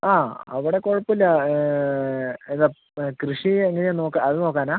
ആ അവിടെ കുഴപ്പം ഇല്ല അല്ല കൃഷി എങ്ങനെയാ നോക്കാ അത് നോക്കാനാ